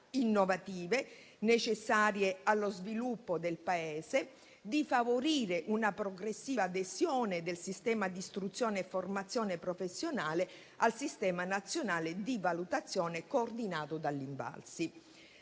innovative necessarie allo sviluppo del Paese, di favorire una progressiva adesione del sistema di istruzione e formazione professionale al sistema nazionale di valutazione coordinato dall'Invalsi.